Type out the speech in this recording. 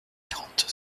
quarante